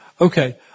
Okay